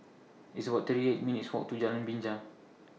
It's about thirty eight minutes' Walk to Jalan Binja